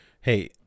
Hey